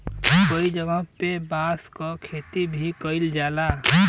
कई जगह पे बांस क खेती भी कईल जाला